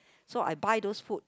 so I buy those food